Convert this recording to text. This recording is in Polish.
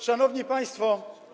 Szanowni Państwo!